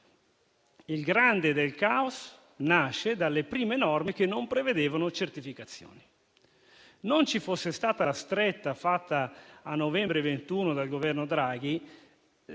parte del caos nasce dalle prime norme, che non prevedevano certificazioni. Non ci fosse stata la stretta fatta a novembre 2021 dal Governo Draghi,